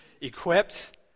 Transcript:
equipped